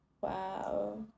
wow